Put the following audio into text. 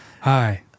Hi